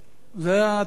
זה התקנון.